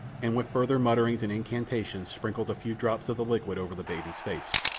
and with further mutterings and incantations sprinkled a few drops of the liquid over the baby's face.